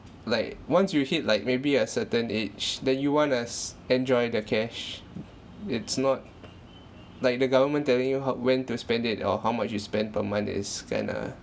like once you hit like maybe a certain age that you want to s~ enjoy the cash it's not like the government telling you how when to spend it or how much you spend per month is kind of